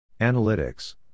Analytics